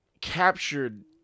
Captured